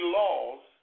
laws